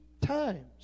times